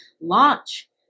launch